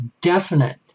definite